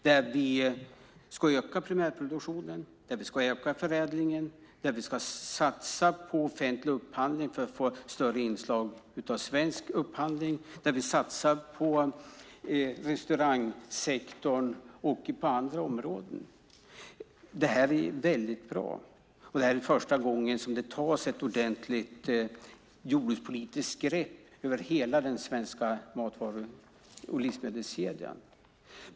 Där ska vi öka primärproduktionen, öka förädlingen och satsa på offentlig upphandling för att få ett större inslag av svensk upphandling och satsa på restaurangsektorn och på andra områden. Detta är bra. Det är första gången som det tas ett ordentligt jordbrukspolitiskt grepp över hela den svenska matvaru och livsmedelskedjan.